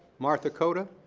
martha koda.